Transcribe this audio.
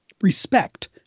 respect